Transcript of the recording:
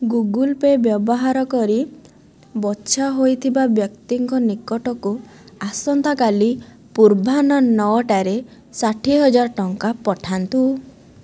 Google Pay ବ୍ୟବହାର କରି ବଛା ହେଇଥିବା ବ୍ୟକ୍ତିଙ୍କ ନିକଟକୁ ଆସନ୍ତାକାଲି ପୂର୍ବାହ୍ନ ନଅଟରେ ଷାଠିଏ ହଜାର ଟଙ୍କା ପଠାନ୍ତୁ